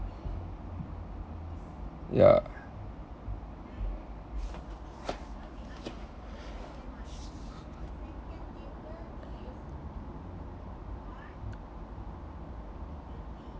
ya